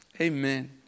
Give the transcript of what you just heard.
Amen